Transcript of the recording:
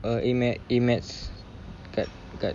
err A maths A maths dekat dekat